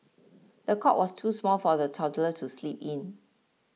the cot was too small for the toddler to sleep in